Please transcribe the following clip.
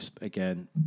again